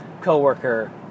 co-worker